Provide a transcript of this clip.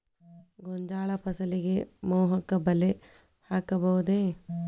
ಗೋಂಜಾಳ ಫಸಲಿಗೆ ಮೋಹಕ ಬಲೆ ಹಾಕಬಹುದೇ?